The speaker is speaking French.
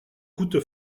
coûte